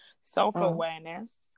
Self-awareness